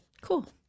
cool